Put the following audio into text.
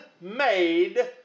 made